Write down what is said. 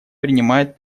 принимает